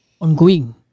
ongoing